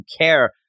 care